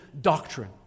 doctrine